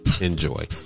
Enjoy